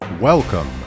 Welcome